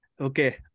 Okay